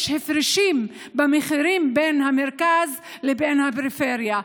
הפרשים במחירים בין המרכז לבין הפריפריה.